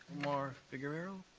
omar figuerero.